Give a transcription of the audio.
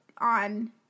on